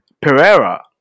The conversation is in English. Pereira